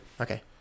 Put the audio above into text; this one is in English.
okay